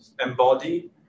embody